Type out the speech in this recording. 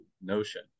notion